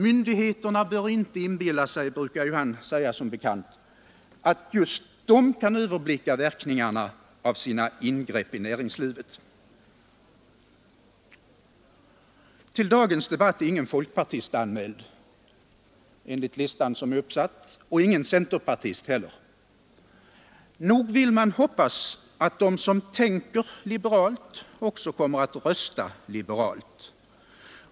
Myndigheterna bör inte inbilla sig, brukar han som bekant säga, att just de kan överblicka verkningarna av sina ingrepp i näringslivet. Till dagens debatt är ingen folkpartist anmäld, enligt den lista som är uppsatt, och ingen centerpartist heller. Nog vill man hoppas att de som tänker liberalt också kommer att rösta liberalt.